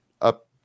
up